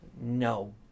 No